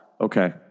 Okay